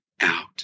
out